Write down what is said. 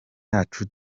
yacu